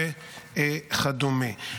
וכדומה.